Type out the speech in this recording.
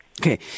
Okay